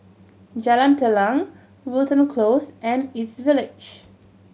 Jalan Telang Wilton Close and East Village